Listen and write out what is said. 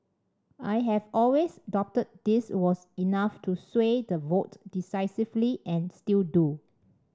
I have always doubted this was enough to sway the vote decisively and still do